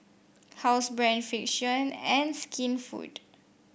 Housebrand Frixion and Skinfood